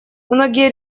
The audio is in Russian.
многие